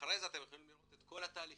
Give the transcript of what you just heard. לאחר מכן אתם יכולים לראות את כל התהליכים